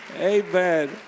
Amen